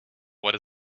what